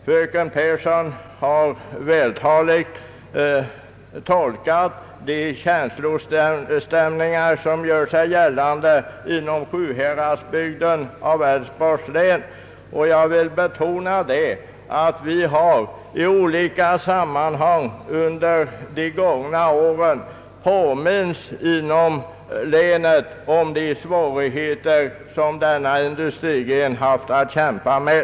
Fröken Pehrsson har vältaligt tolkat de känslostämningar som gör sig gäl lande inom Sjuhäradsbygden i Älvsborgs län. Jag vill betona att vi i olika sammanhang under de gångna åren inom länet har påmints om de svårigheter som dessa industrigrenar har att kämpa med.